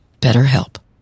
BetterHelp